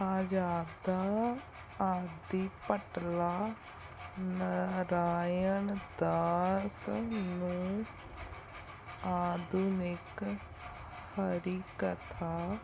ਅਜਾਦਾ ਆਦਿਭਟਲਾ ਨਰਾਇਣ ਦਾਸ ਨੂੰ ਆਧੁਨਿਕ ਹਰੀਕਥਾ